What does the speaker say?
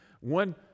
One